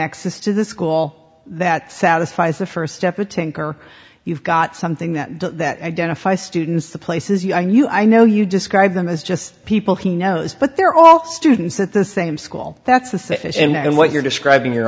nexus to the school that satisfies the first step or tinker you've got something that does that identify students the places you i knew i know you describe them as just people he knows but they're all students at the same school that's the same and what you're describing your